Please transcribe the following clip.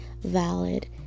valid